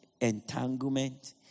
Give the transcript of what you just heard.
entanglement